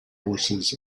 horses